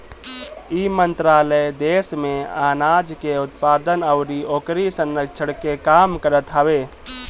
इ मंत्रालय देस में आनाज के उत्पादन अउरी ओकरी संरक्षण के काम करत हवे